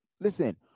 Listen